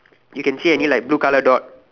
you can see any like blue colour dot